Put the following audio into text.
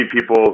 people